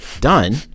done